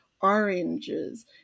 oranges